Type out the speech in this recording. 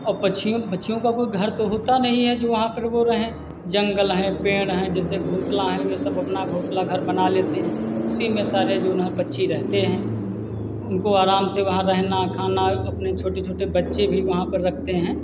और पक्षियों का पक्षियों का कोई घर तो होता नहीं है जो वहाँ पर वह रहे जंगल है पेड़ है जैसे घोंसला हैं यह सब अपना घोंसला घर बना लेते हैं उसी में सारे जो ह पक्षी रहते हैं उनको आराम से वहाँ रहना खाना और अपने छोटे छोटे बच्चे भी वहाँ पर रखते हैं